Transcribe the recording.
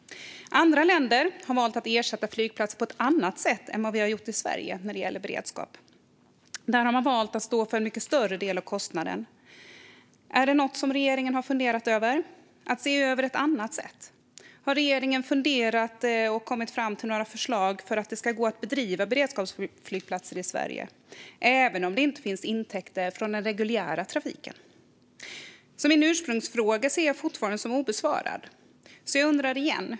Andra länder har valt att ersätta flygplatser på ett annat sätt än vad vi har gjort i Sverige när det gäller beredskap. Där har man valt att stå för en mycket större del av kostnaden. Har regeringen funderat över om det finns något annat sätt? Har regeringen funderat och kommit fram till några förslag för att det ska gå att bedriva beredskapsflygplatser i Sverige, även om det inte finns intäkter från den reguljära trafiken? Min ursprungsfråga ser jag fortfarande som obesvarad.